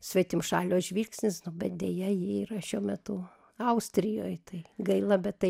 svetimšalio žvilgsnis bet deja ji yra šiuo metu austrijoj tai gaila bet tai